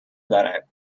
دارند